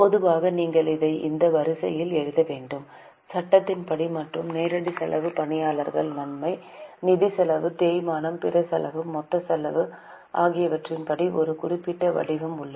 பொதுவாக நீங்கள் இதை இந்த வரிசையில் எழுத வேண்டும் சட்டத்தின் படி மற்றும் நேரடி செலவு பணியாளர் நன்மை நிதி செலவு தேய்மானம் பிற செலவு மொத்த செலவு ஆகியவற்றின் படி ஒரு குறிப்பிட்ட வடிவம் உள்ளது